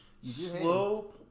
Slow